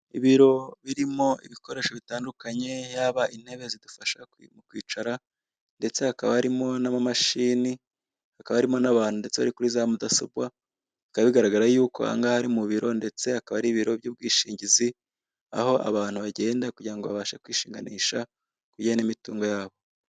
Ibiro birimo ibikoresho bitandukanye yaba intebe zidufasha kwicara, ndetse hakaba harimo n'amamashini, hakaba harimo n'abantu ndetse bari kuri za mudasobwa bikaba bigaragara yuko ahangaha ari mu biro, ndetse akaba ari ibiro by'ubwishingizi, aho abantu bagenda kugira ngo babashe kwishinganisha kubujyanye n'imitungo yabo.